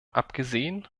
abgesehen